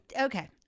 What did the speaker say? Okay